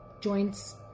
joints